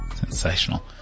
Sensational